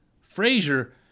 Frazier